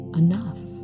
enough